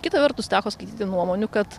kita vertus teko skaityti nuomonių kad